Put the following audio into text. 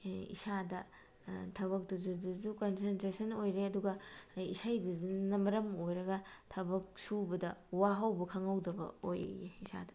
ꯏꯁꯥꯗ ꯊꯕꯛꯇꯨꯗꯁꯨ ꯀꯟꯁꯦꯟꯇ꯭ꯔꯦꯁꯟ ꯑꯣꯏꯔꯦ ꯑꯗꯨꯒ ꯏꯁꯩꯗꯨꯅ ꯃꯔꯝ ꯑꯣꯏꯔꯒ ꯊꯕꯛ ꯁꯨꯕꯗ ꯋꯥꯍꯧꯕ ꯈꯪꯍꯧꯗꯕ ꯑꯣꯏꯌꯦ ꯏꯁꯥꯗ